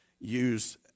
use